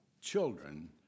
children